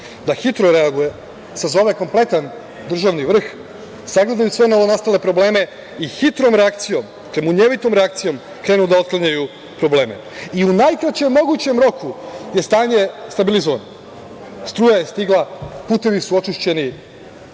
da hitro reaguje, sazove kompletan državni vrh, sagledaju sve novonastale probleme i hitrom reakcijom, munjevitom reakcijom krenu da otklanjaju probleme i u najkraćem mogućem roku je stanje stabilizovano, struja je stigla, putevi su očišćeni,